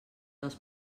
dels